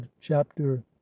chapter